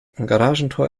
garagentor